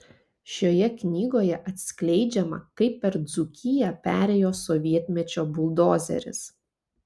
šioje knygoje atskleidžiama kaip per dzūkiją perėjo sovietmečio buldozeris